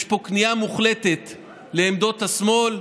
יש פה כניעה מוחלטת לעמדות השמאל.